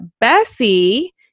Bessie